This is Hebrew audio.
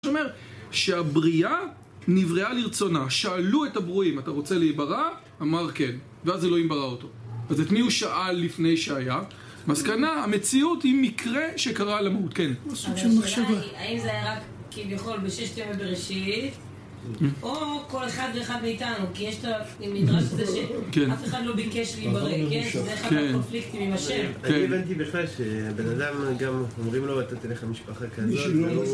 זה אומר שהבריאה נבראה לרצונה שאלו את הברואים, אתה רוצה להברא? אמר כן, ואז אלוהים בראו אותו. אז את מי הוא שאל לפני שהיה? מסקנה, המציאות היא מקרה שקרה למהות, כן? אבל השאלה היא האם זה היה רק, כביכול, בששת ימי בראשית או כל אחד ואחד מאיתנו כי יש את המדרש הקדשי אף אחד לא ביקש להיברא, כן? זה אחד הקונפליקטים עם השם. אני הבנתי בכלל שהבן אדם גם אומרים לו אתה תלך למשפחה כזאת